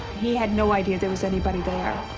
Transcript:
he had no idea there was anybody there.